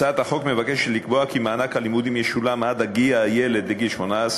הצעת החוק מבקשת לקבוע כי מענק הלימודים ישולם עד הגיע הילד לגיל 18,